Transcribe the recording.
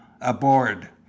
Aboard